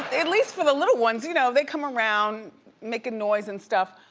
at least for the little ones. you know they come around making noise and stuff.